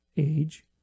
age